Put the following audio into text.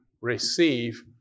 receive